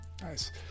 Nice